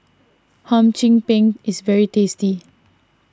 Hum Chim Peng is very tasty